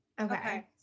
Okay